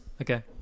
okay